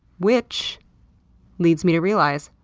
which leads me to realize,